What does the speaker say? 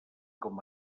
com